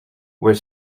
were